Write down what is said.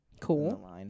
Cool